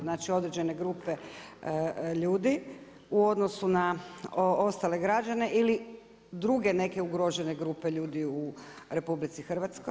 Znači, određene grupe ljudi u odnosu na ostale građane ili druge neke ugrožene grupe ljudi u RH.